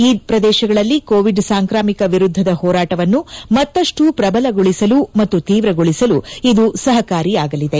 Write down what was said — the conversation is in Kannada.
ಈ ಪ್ರದೇಶಗಳಲ್ಲಿ ಕೋವಿಡ್ ಸಾಂಕ್ರಾಮಿಕ ವಿರುದ್ದದ ಹೋರಾಟವನ್ನು ಮತ್ತಷ್ಟು ಪ್ರಬಲಗೊಳಿಸಲು ಮತ್ತು ತೀವ್ರಗೊಳಿಸಲು ಇದು ಸಹಾಯಕಾರಿಯಾಗಲಿದೆ